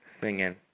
singing